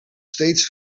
steeds